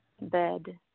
bed